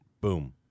Boom